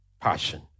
passion